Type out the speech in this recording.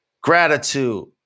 gratitude